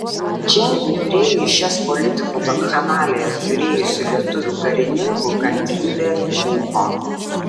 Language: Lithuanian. čia niūriai į šias politikų bakchanalijas žiūrėjusių lietuvių karininkų kantrybė trūko